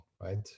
right